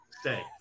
Stay